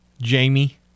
Jamie